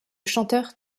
chanteur